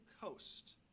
coast